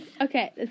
Okay